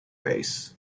base